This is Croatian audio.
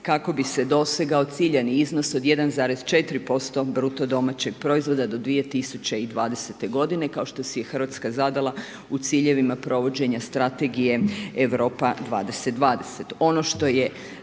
kako bi se dosegao ciljani iznos os 1,4% BDP-a do 2020. godine kao što si je Hrvatska zadala u ciljevima provođenja strategije Europa 2020. Ono što je